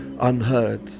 Unheard